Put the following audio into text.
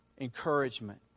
encouragement